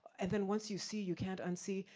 and then once you see, you can't unsee.